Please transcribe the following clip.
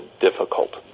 difficult